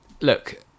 look